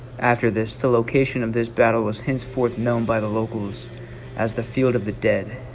after this the location of this battle was henceforth known by the locals as the field of the dead